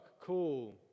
cool